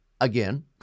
Again